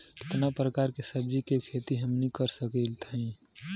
कितना प्रकार के सब्जी के खेती हमनी कर सकत हई?